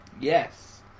Yes